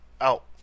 out